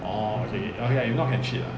orh okay okay lah if not can cheat lah